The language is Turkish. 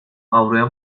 avroya